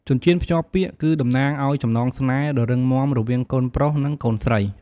ចិញ្ចៀនភ្ជាប់ពាក្យ គឺតំណាងអោយចំណងស្នេហ៍ដ៏រឹងមាំរវាងកូនប្រុស និងកូនស្រី។